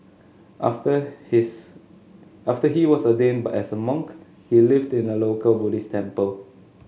after his after he was ordained but as a monk he lived in a local Buddhist temple